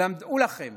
אולם דעו לכם